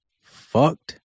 fucked